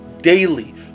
daily